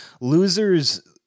losers